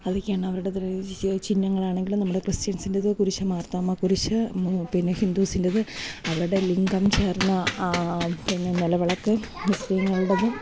അതൊക്കെയാണ് അവരുടെ ചിഹ്നങ്ങളാണെങ്കിലും നമ്മുടെ ക്രിസ്ത്യൻസിൻ്റേത് കുറിച്ച് മാർത്താമ കുരിശ് പിന്നെ ഹിന്ദുസിൻ്റേത് അവരുടെ ലിങ്കം ചേർന്ന പിന്നെ നിലവിളക്ക് മുസ്ലിങ്ങളുടെത്